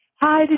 Hi